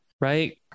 right